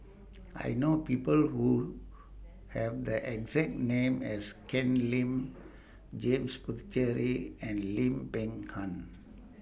I know People Who Have The exact name as Ken Lim James Puthucheary and Lim Peng Han